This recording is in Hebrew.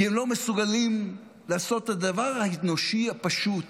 כי הם לא מסוגלים לעשות את הדבר האנושי הפשוט